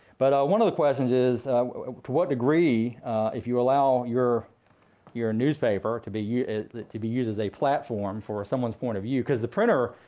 but one of the questions is to what degree if you allow your your and newspaper to be used to be used as a platform for someone's point of view. cause the printer,